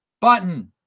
button